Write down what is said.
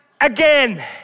again